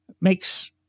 makes